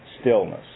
stillness